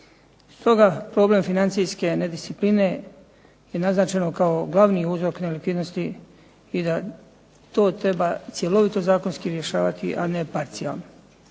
Stoga problem financijske nediscipline je naznačeno kao glavni uzrok nelikvidnosti i da to treba cjelovito zakonski rješavati a ne parcijalno.